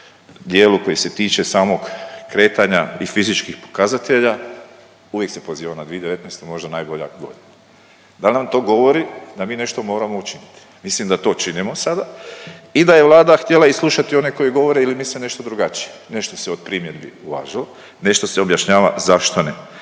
dijelu koji se tiče samog kretanja i fizičkih pokazatelja, uvijek se poziva na 2019., možda najbolja godina. Da nam to govori da mi nešto moramo učiniti, mislim da to činimo sada i da je Vlada htjela i slušati one koji govore ili misle nešto drugačije, nešto se od primjedbi uvažilo, nešto se objašnjava zašto ne.